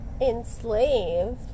enslaved